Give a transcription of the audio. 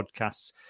podcasts